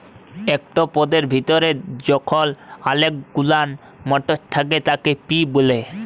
একট পদের ভিতরে যখল অলেক গুলান মটর থ্যাকে তাকে পি ব্যলে